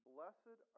Blessed